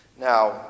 Now